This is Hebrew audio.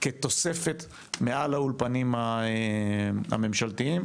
כתוספת מעל האולפנים הממשלתיים.